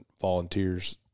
volunteers